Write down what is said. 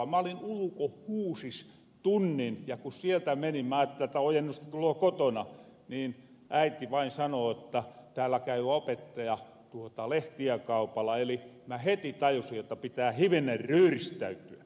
mä olin ulkohuusis tunnin ja kun sieltä menin mä ajattelin että ojennusta tuloo kotona niin äiti vain sano jotta tääl kävi opettaja lehtiä kaupalla eli minä heti tajusin että pitää hivenen ryhristäytyä